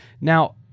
Now